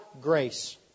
grace